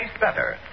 better